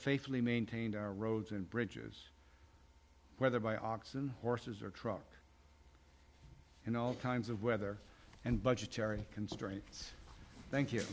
faithfully maintained our roads and bridges whether by oxen horses or truck in all kinds of weather and budgetary constraints thank you